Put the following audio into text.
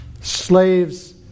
slaves